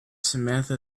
samantha